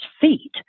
feet